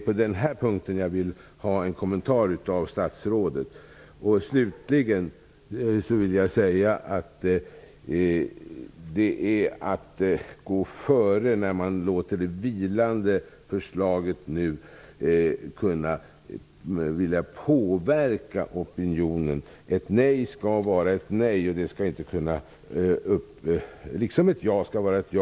På den här punkten vill jag ha en kommentar av statsrådet. Slutligen vill jag säga att det är att gå före när man låter det nu vilande förslaget påverka opinionen inför folkomröstningen. Ett nej skall vara ett nej, liksom ett ja skall vara ett ja.